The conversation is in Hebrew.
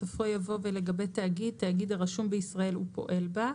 בסופו יבוא "ולגבי תאגיד תאגיד הרשום בישראל ופועל בה".